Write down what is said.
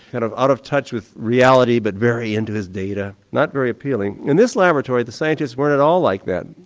kind of out of touch with reality but very into his data, not very appealing. in this laboratory the scientists weren't at all like that.